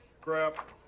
crap